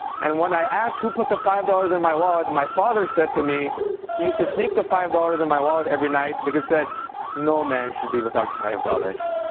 and when i asked who put the five dollars in my wallet, my father said to me he used to sneak the five dollars in my wallet every night, because he said no man should be without five dollars.